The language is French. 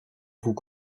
vous